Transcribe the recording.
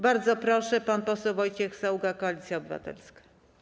Bardzo proszę, pan poseł Wojciech Saługa, Koalicja Obywatelska.